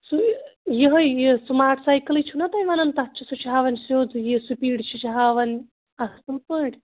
سُے یِہےَ یہِ سٔمارٹ ساٮٔکلٕے چھُناہ تُہۍ وَنان تَتھ چھُ سُہ ہاوان سیوٚد یہ سُپیٖڈ چھُ سُہ ہاوان اَصٕل پٲٹھۍ